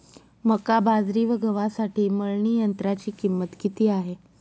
मका, बाजरी व गव्हासाठी मळणी यंत्राची किंमत किती आहे?